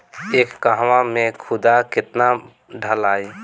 एक कहवा मे खाद केतना ढालाई?